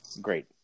great